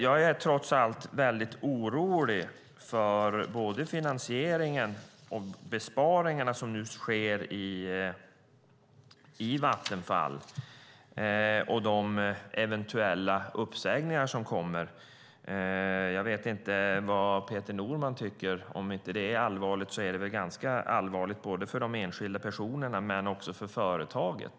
Jag är trots allt mycket orolig för finansieringen och de besparingar som nu sker i Vattenfall och de eventuella uppsägningar som kommer. Jag vet inte vad Peter Norman tycker. Om inte det är allvarligt är det ganska allvarligt både för de enskilda personerna och för företaget.